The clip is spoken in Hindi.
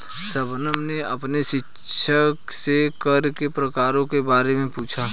शबनम ने अपने शिक्षक से कर के प्रकारों के बारे में पूछा